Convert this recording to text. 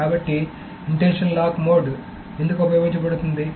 కాబట్టి intention lock mode ఎందుకు ఉపయోగించ బడుతోంది